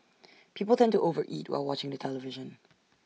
people tend to over eat while watching the television